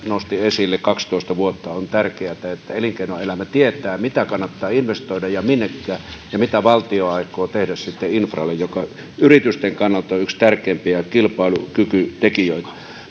nosti esille kaksitoista vuotta on tärkeätä että elinkeinoelämä tietää mitä kannattaa investoida ja minnekä ja mitä valtio aikoo tehdä sitten infralle joka yritysten kannalta on yksi tärkeimpiä kilpailukykytekijöitä